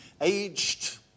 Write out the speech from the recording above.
aged